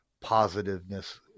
positiveness